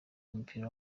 w’umupira